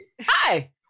Hi